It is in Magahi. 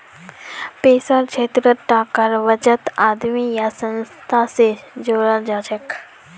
पैसार क्षेत्रत टाकार बचतक आदमी या संस्था स जोड़ाल जाछेक